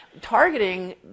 targeting